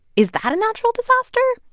is that a natural disaster?